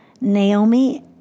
Naomi